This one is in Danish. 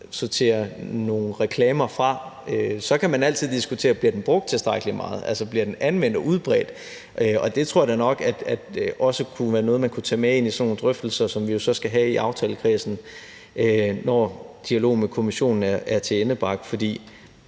sortere nogle reklamer fra. Så kan man altid diskutere, om den bliver brugt tilstrækkelig meget, altså om den bliver anvendt og udbredt, og det tror jeg da nok også kunne være noget, man kunne tage med ind i sådan nogle drøftelser, som vi jo så skal have i aftalekredsen, når dialogen med Kommissionen er tilendebragt. For